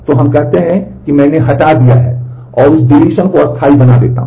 तो हम कहते हैं कि मैंने हटा दिया है और उस विलोपन को स्थायी बना देता हूँ